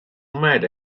mad